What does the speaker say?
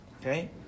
okay